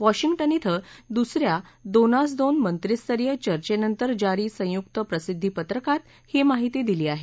Washington िके दुसऱ्या दोनास दोन मंत्रीस्तरीय चर्चेनंतर जारी संयुक्त प्रसिद्धी पत्रकात ही माहिती दिली आहे